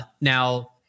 Now